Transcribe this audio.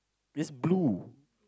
it's blue